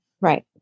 Right